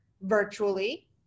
virtually